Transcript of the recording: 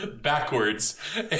backwards